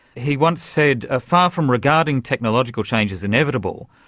he once said, ah far from regarding technological change as inevitable,